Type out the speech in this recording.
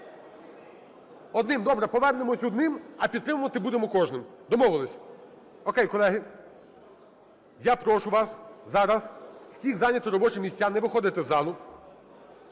Одним, добре, повернемося одним, а підтримувати будемо кожним, домовилися. О'кей, колеги. Я прошу вас зараз всіх зайняти робочі місця, не виходити з залу.